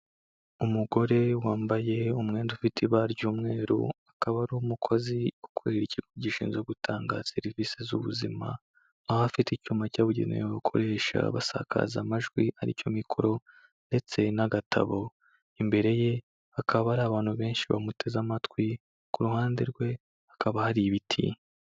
Umugore wambaye umwenda ufite ibara ry'umweru akaba ari umukozi ukorera ikigo gishinzwe gutanga serivisi z'ubuzima aho afite icyuma cyabugenewe abakoresha abasakaza amajwi aricyo mikoro ndetse n'agatabo imbere ye hakaba hari abantu benshi bamuteze amatwi ku ruhande rwe hakaba hari ibiti.